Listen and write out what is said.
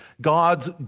God's